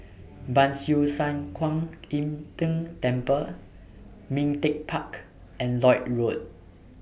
Ban Siew San Kuan Im Tng Temple Ming Teck Park and Lloyd Road